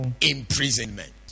imprisonment